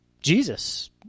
Jesus